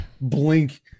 blink